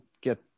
get